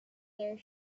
their